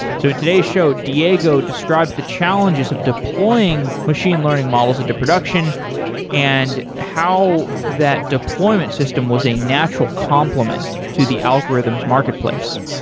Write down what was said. so in today's show, diego describes the challenges of deploying machine learning models into production and how that deployment system was a natural complement to the algorithm's marketplace.